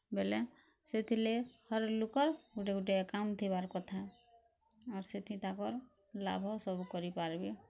ବେଲେ ସେଥିରଲାଗି ହର୍ ଲୁକ୍ର ଗୁଟେ ଗୁଟେ ଆକାଉଣ୍ଟ୍ ଥିବାର୍କଥା ଆଉ ସେଥି ତାକର୍ ଲାଭ୍ ସବୁ କରି ପାର୍ବେ